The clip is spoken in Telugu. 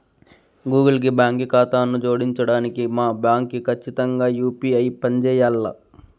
గూగుల్ కి బాంకీ కాతాను జోడించడానికి మా బాంకీ కచ్చితంగా యూ.పీ.ఐ పంజేయాల్ల